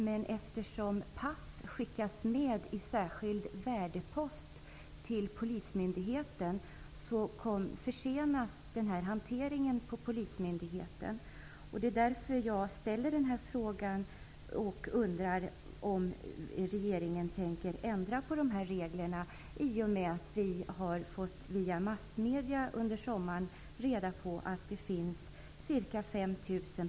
Men eftersom passet skickas med särskild värdepost till polismyndigheten försenas den här hanteringen på polismyndigheten. Det är därför jag har ställt den här frågan. personer som uppehåller sig illegalt i Sverige.